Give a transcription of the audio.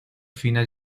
finas